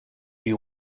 you